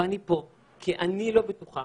אני פה כי אני לא בטוחה